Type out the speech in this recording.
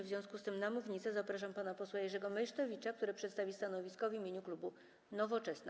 W związku z tym na mównicę zapraszam pana posła Jerzego Meysztowicza, który przedstawi stanowisko w imieniu klubu Nowoczesna.